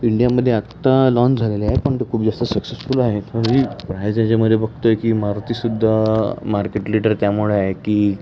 इंडियामध्ये आत्ता लॉन्च झालेले आहेत पण तो खूप जास्त सक्सेसफुल आहेत पण ही प्राईज ह्याच्यामध्ये बघतो आहे की मारुतीसुद्धा मार्केट लीडर त्यामुळे आहे की